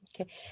okay